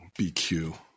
BQ